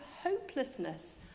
Hopelessness